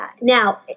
Now